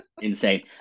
Insane